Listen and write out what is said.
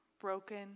broken